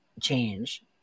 change